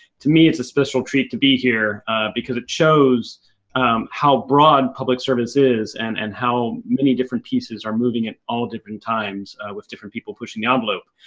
to me, it's a special treat to be here because it shows how broad public service is, and and how many different pieces are moving at all different times with different people pushing the envelope.